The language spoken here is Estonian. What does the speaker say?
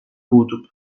puudub